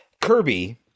Kirby